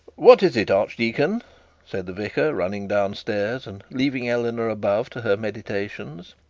what is it, archdeacon said the vicar, running down stairs, and leaving eleanor above to her meditations.